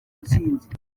ntsinzi